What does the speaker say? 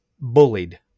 bullied